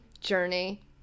journey